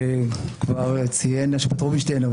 שכבר ציין רובינשטיין,